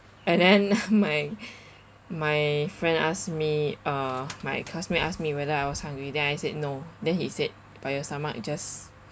and then my my friend ask me uh my classmate asked me whether I was hungry then I said no then he said but your stomach just